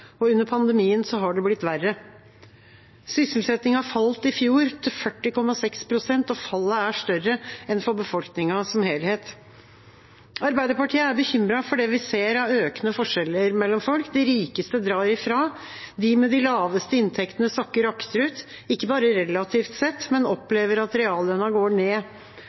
og under pandemien har det blitt verre. Sysselsettingen falt i fjor til 40,6 pst, og fallet er større enn for befolkningen som helhet. Arbeiderpartiet er bekymret for det vi ser av økende forskjeller mellom folk. De rikeste drar ifra. De med de laveste inntektene sakker akterut, ikke bare relativt sett, men opplever at reallønna går ned.